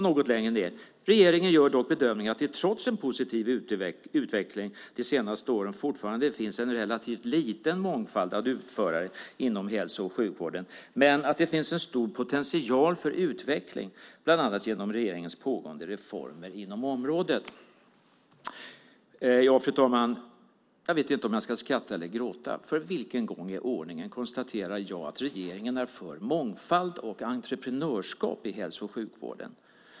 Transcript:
Något längre ned står det: Regeringen gör dock bedömningen att det trots en positiv utveckling de senaste åren fortfarande finns en relativt liten mångfald av utförare inom hälso och sjukvården men att det finns en stor potential för utveckling, bland annat genom regeringens pågående reformer inom området. Fru talman! Jag vet inte om jag ska skratta eller gråta. För vilken gång i ordningen konstaterar jag att regeringen är för mångfald och entreprenörskap i hälso och sjukvården?